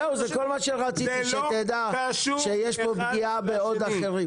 זה כל מה שרציתי שתדע, שיש פה פגיעה בעוד אחרים.